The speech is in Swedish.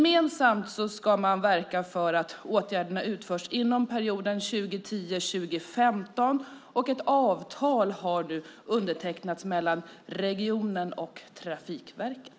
Man ska gemensamt verka för att åtgärderna utförs inom perioden 2010-2015. Ett avtal har nu undertecknats mellan regionen och Trafikverket.